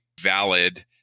valid